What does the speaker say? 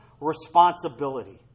responsibility